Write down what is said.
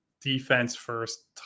defense-first